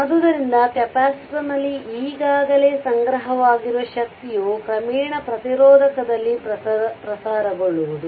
ಆದ್ದರಿಂದ ಕೆಪಾಸಿಟರ್ನಲ್ಲಿ ಈಗಾಗಲೇ ಸಂಗ್ರಹವಾಗಿರುವ ಶಕ್ತಿಯು ಕ್ರಮೇಣ ಪ್ರತಿರೋಧಕದಲ್ಲಿ ಪ್ರಸರಣಗೊಳುವುದು